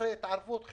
גם